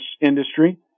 industry